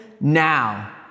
now